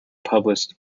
published